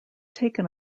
taken